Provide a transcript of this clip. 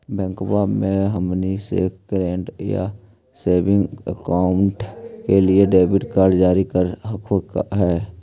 बैंकवा मे हमनी के करेंट या सेविंग अकाउंट के लिए डेबिट कार्ड जारी कर हकै है?